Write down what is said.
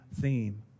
theme